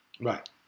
right